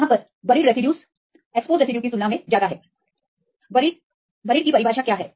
यदि इसे किया जाता है तो यह उजागर की तुलना में अधिक योगदान देता है दफन क्या दफन के लिए परिभाषा है